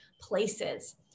places